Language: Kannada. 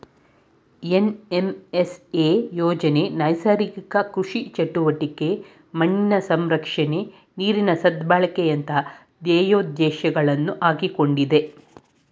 ಎನ್.ಎಂ.ಎಸ್.ಎ ಯೋಜನೆ ನೈಸರ್ಗಿಕ ಕೃಷಿ ಚಟುವಟಿಕೆ, ಮಣ್ಣಿನ ಸಂರಕ್ಷಣೆ, ನೀರಿನ ಸದ್ಬಳಕೆಯಂತ ಧ್ಯೇಯೋದ್ದೇಶಗಳನ್ನು ಹಾಕಿಕೊಂಡಿದೆ